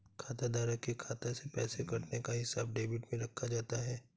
खाताधारक के खाता से पैसे कटने का हिसाब डेबिट में रखा जाता है